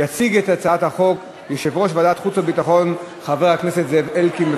יציג את הצעת החוק יושב-ראש ועדת החוץ והביטחון חבר הכנסת זאב אלקין.